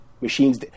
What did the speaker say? Machines